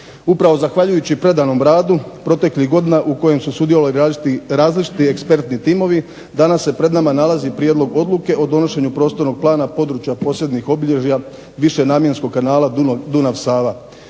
Upravo zahvaljujući predanom radu proteklih godina u kojem su sudjelovali različiti ekspertni timovi danas se pred nama nalazi Prijedlog odluke o donošenju Prostornog plana područja posebnih obilježja višenamjenskog kanala Dunav-Sava